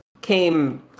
came